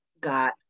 got